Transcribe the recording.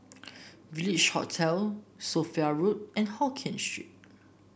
Village Hotel Sophia Road and Hokkien Street